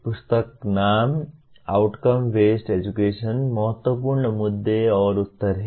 पुस्तक नामक "outcome based education महत्वपूर्ण मुद्दे और उत्तर" है